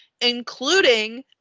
including